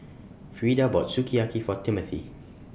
Freeda bought Sukiyaki For Timmothy